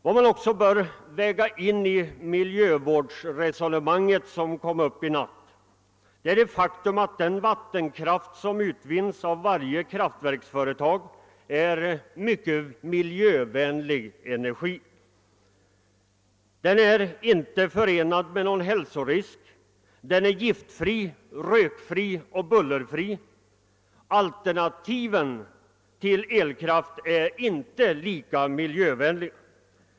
Vad man också bör väga in i det miljövårdsresonemang som togs upp i natt är det faktum att den vatten kraft som utvinns av varje kraftverksföretag är mycket miljövänlig energi. Den är inte förenad med någon hälsorisk — den är giftfri, rökfri och bullerfri. Alternativen till elkraft är inte lika miljövänliga.